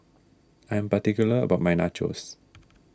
I am particular about my Nachos